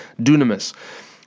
dunamis